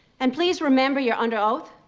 and please remember you're under oath.